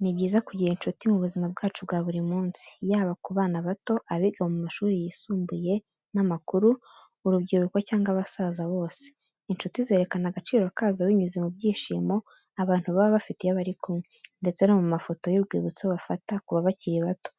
Ni byiza kugira incuti mu buzima bwacu bwa buri munsi, yaba ku bana bato, abiga mu mashuri yisumbuye n’amakuru, urubyiruko cyangwa abasaza bose. Incuti zerekana agaciro kazo binyuze mu byishimo abantu baba bafite iyo bari kumwe, ndetse no mu mafoto y’urwibutso bafata kuva bakiri bato.